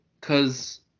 Cause